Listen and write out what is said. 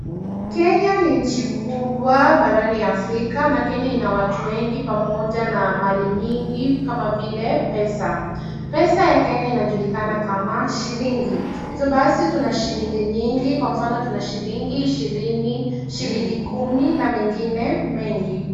Kenya ni nchi kubwa barani Afrika na Kenya ina watu wengi pamoja na mali nyingi kama vile pesa, pesa ya Kenya inajulikana kama shillingi, hivyo basi tuna shillingi nyingi, kwa mfano tuna shillingi ishirini, shillingi kumi na zingine nyingi.